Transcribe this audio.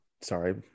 sorry